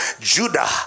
Judah